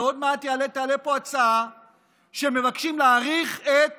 ועוד מעט תעלה פה הצעה שמבקשים להאריך את